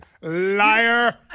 Liar